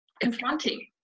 confronting